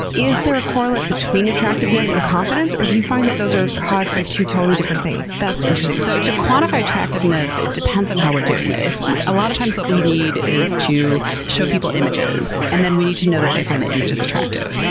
is there a correlate between attractiveness and confidence, or do you find that those are caused by two totally different things? that's interesting. so to quantify attractiveness, it depends on how we're doing it. a lot of times what we need is to show people images and then we need to know that they find the images attractive.